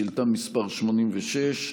שאילתה מס' 86,